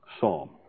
psalm